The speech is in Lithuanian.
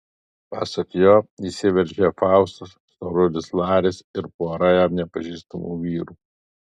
pasak jo įsiveržė faustas storulis laris ir pora jam nepažįstamų vyrų